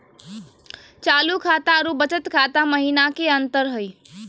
चालू खाता अरू बचत खाता महिना की अंतर हई?